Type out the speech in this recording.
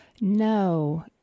No